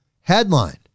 Headline